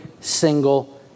single